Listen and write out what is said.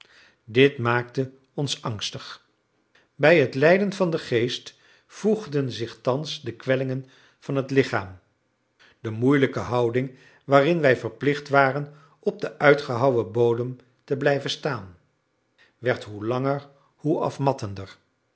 dit maakte ons angstig bij het lijden van den geest voegden zich thans de kwellingen van het lichaam de moeilijke houding waarin wij verplicht waren op den uitgehouwen bodem te blijven staan werd hoe langer hoe